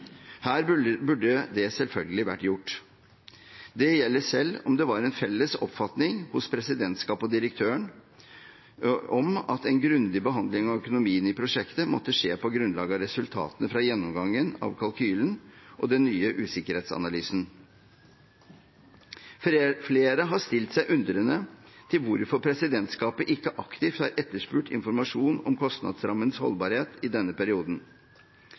Her burde det selvfølgelig vært gjort. Det gjelder selv om det var en felles oppfatning hos presidentskapet og direktøren om at en grundig behandling av økonomien i prosjektet måtte skje på grunnlag av resultatene fra gjennomgangen av kalkylen og den nye usikkerhetsanalysen. Flere har stilt seg undrende til hvorfor presidentskapet ikke aktivt har etterspurt informasjon om kostnadsrammens holdbarhet i denne perioden.